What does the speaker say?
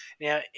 Now